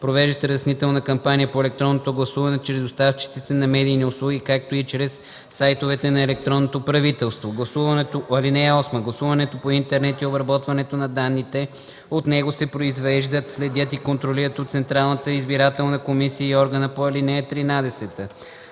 провеждат разяснителна кампания по електронното гласуване чрез доставчиците на медийни услуги, както и чрез сайтовете на електронното правителство. (8) Гласуването по интернет и обработването на данните от него се произвеждат, следят и контролират от Централната избирателна комисия и органът по ал. 13.